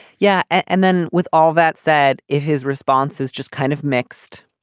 yeah. and then with all that said if his response is just kind of mixed